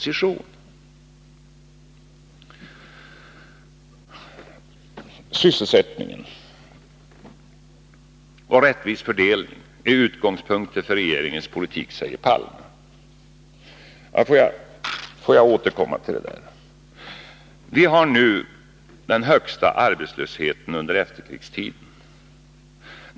Sysselsättningen och en rättvis fördelning är utgångspunkterna för regeringens politik, säger Olof Palme. Jag vill återkomma till det. Vi har nu den högsta arbetslösheten under efterkrigstiden.